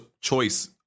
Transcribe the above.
Choice